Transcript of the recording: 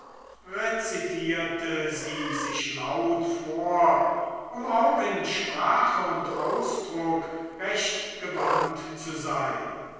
rezitierte sie sich laut vor um auch in sprache und ausdruck recht gewandt zu sein